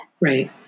right